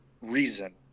reason